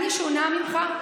אני שונה ממך?